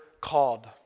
called